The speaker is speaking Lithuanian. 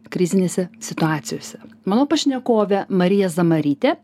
krizinėse situacijose mano pašnekovė marija zamarytė